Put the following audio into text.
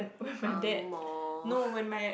angmoh